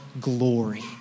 glory